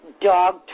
dog